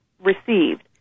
received